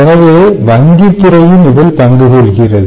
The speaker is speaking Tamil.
எனவே வங்கித் துறையும் இதில் பங்கு கொள்கிறது